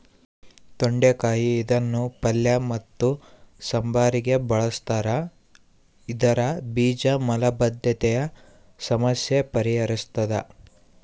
ತೊಂಡೆಕಾಯಿ ಇದನ್ನು ಪಲ್ಯ ಮತ್ತು ಸಾಂಬಾರಿಗೆ ಬಳುಸ್ತಾರ ಇದರ ಬೀಜ ಮಲಬದ್ಧತೆಯ ಸಮಸ್ಯೆ ಪರಿಹರಿಸ್ತಾದ